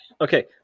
okay